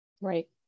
Right